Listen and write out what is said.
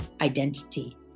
identity